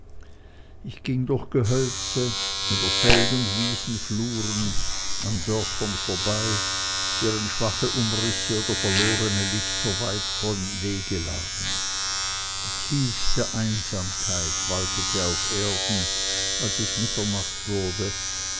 ich ging durch gehölze über feld und wiesenfluren an dörfern vorbei deren schwache umrisse oder verlorene lichter weit vom wege lagen die tiefste einsamkeit waltete auf erden als es mitternacht wurde